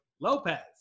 Lopez